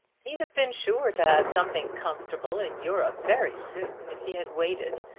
he'd have been sure to have something comfortable in europe very soon if he had waited,